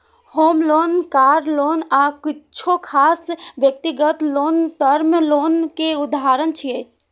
होम loan, car loan आ किछु खास व्यक्तिगत लोन टर्म लोन के उदाहरण छियै